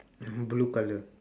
mmhmm blue colour